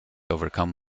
overcome